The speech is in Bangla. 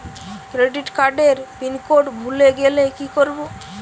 ক্রেডিট কার্ডের পিনকোড ভুলে গেলে কি করব?